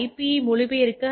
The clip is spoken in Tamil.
பியை மொழிபெயர்க்க ஐ